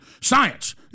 Science